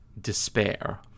despair